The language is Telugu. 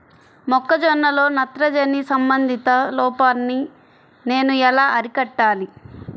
మొక్క జొన్నలో నత్రజని సంబంధిత లోపాన్ని నేను ఎలా అరికట్టాలి?